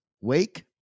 wake